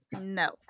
No